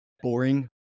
boring